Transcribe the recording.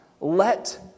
let